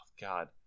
god